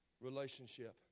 relationship